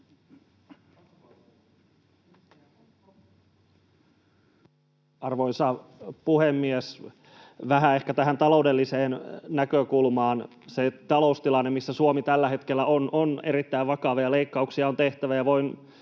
Arvoisa puhemies! Vähän ehkä tähän taloudelliseen näkökulmaan. Se taloustilanne, missä Suomi tällä hetkellä on, on erittäin vakava, ja leikkauksia on tehtävä.